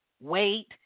wait